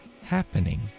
happening